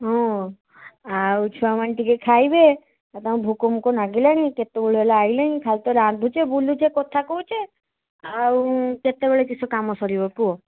ହଁ ଆଉ ଛୁଆମାନେ ଟିକିଏ ଖାଇବେ ଏ ତାଙ୍କୁ ଭୋକମୋକ ନାଗିଲାଣି କେତେବେଳ ହେଲା ଆଇଲେଣି ଖାଲି ତ ରାନ୍ଧୁଛେ ବୁଲୁଛେ କଥା କହୁଛେ ଆଉ କେତେବେଳେ କିସ କାମ ସରିବ କୁହ